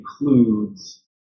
includes